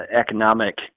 economic